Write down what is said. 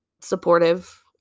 supportive